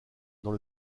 dans